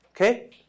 Okay